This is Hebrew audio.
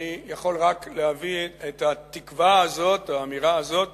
אני יכול רק להביא את התקווה הזאת או האמירה הזאת